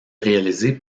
réalisées